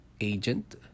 agent